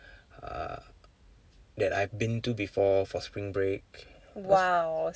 ah that I've been to before for spring break that's